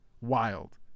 Wild